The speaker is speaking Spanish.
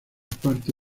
parte